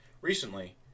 recently